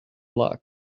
black